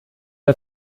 der